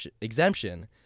exemption